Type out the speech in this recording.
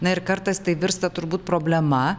na ir kartais tai virsta turbūt problema